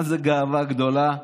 מה זה גאווה גדולה.